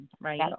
right